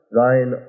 thine